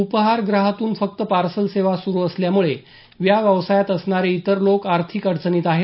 उपाहारगृहातून फक्त पार्सल सेवा सुरु असल्यामुळे या व्यवसायात असणारे इतर लोक आर्थिक अडचणीत आहेत